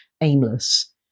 aimless